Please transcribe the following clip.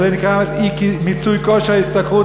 וזה נקרא אי-מיצוי כושר השתכרות,